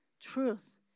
truth